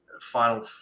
final